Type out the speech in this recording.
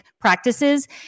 practices